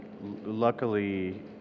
luckily